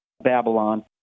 Babylon